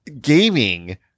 gaming